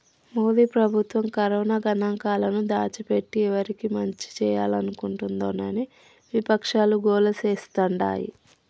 మోదీ ప్రభుత్వం కరోనా గణాంకాలను దాచిపెట్టి ఎవరికి మంచి చేయాలనుకుంటోందని విపక్షాలు గోల చేస్తాండాయి